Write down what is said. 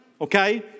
okay